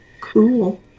Cool